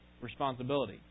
responsibility